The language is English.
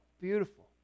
beautiful